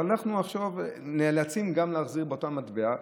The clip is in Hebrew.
אבל אנחנו עכשיו נאלצים גם להחזיר באותה מטבע,